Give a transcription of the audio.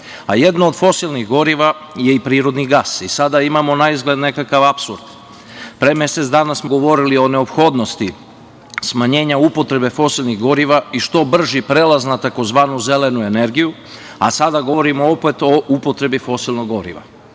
Jedno od fosilnih goriva je i prirodni gas. Sada imamo na izgled nekakav apsurd, pre mesec dana smo govorili o neophodnosti smanjenja upotrebe fosilnih goriva i što brži prelaz na tzv. zelenu energiju, a sada govorimo opet o upotrebi fosilnog goriva. Ako